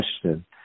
question